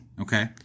Okay